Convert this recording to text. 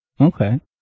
okay